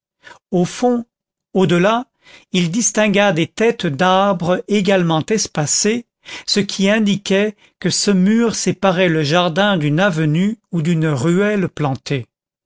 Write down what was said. au fond au-delà il distingua des têtes d'arbres également espacées ce qui indiquait que ce mur séparait le jardin d'une avenue ou d'une ruelle plantée